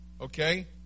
Okay